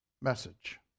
message